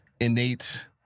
Innate